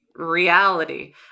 reality